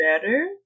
better